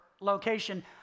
location